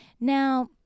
Now